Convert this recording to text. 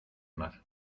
mar